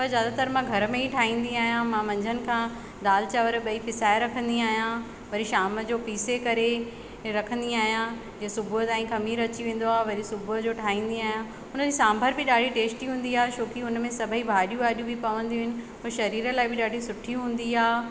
पर ज्यादातर मां घर में ई ठाहींदी आहिंयां मां मंझदि खां दालि चांवर ॿई पीसाए रखंदी आहियां वरी शाम जो पीसे करे रखंदी आहियां जीअं सुबुह ताईं खमीर अची वेंदो आ वरी सुबुह जो ठाईंदी आहियां हुनजी सांभर बि ॾाढी टेस्टी हूंदी आहे छोकी हुनमें सभई भाजियूं वाजियूं पवंदियूं आहिनि उहो शरीर लाइ बि ॾाढी सुठी हूंदी आहे